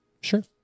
Sure